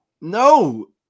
No